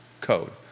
code